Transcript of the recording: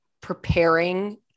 preparing